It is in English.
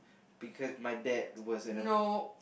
because my dad wasn't a